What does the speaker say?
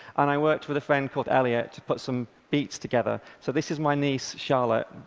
and i worked with a friend called elliot to put some beats together. so this is my niece, charlotte.